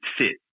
sit